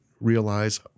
realize